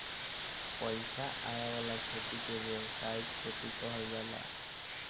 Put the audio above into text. पईसा आवे वाला खेती के व्यावसायिक खेती कहल जाला